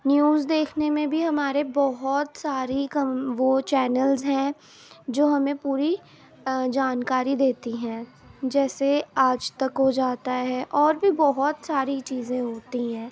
news دیکھنے میں بھی ہمارے بہت ساری وہ چینلس ہیں جو ہمیں پوری جانکاری دیتی ہیں جیسے آج تک ہو جاتا ہے اور بھی بہت ساری چیزیں ہوتی ہیں